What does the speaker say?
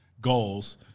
goals